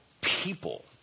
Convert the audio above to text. people